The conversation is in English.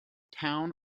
town